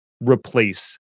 replace